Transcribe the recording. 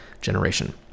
generation